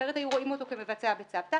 אחרת היו רואים אותו כמבצע בצוותא.